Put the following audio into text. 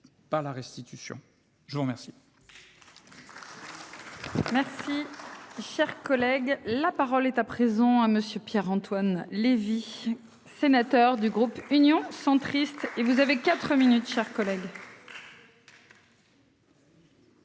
Par la restitution. Je vous remercie.